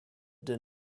did